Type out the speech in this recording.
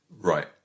Right